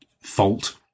fault